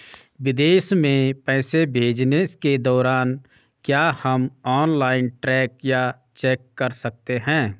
विदेश में पैसे भेजने के दौरान क्या हम ऑनलाइन ट्रैक या चेक कर सकते हैं?